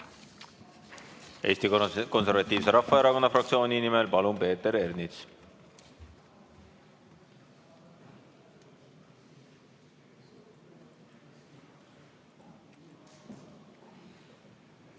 Eesti Konservatiivse Rahvaerakonna fraktsiooni nimel Peeter Ernits,